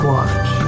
Watch